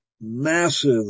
massive